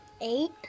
Eight